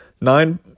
nine